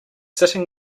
sitting